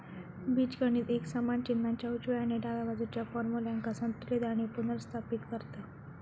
बीजगणित एक समान चिन्हाच्या उजव्या आणि डाव्या बाजुच्या फार्म्युल्यांका संतुलित आणि पुनर्स्थापित करता